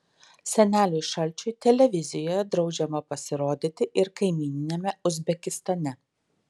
seneliui šalčiui televizijoje draudžiama pasirodyti ir kaimyniniame uzbekistane